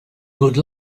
good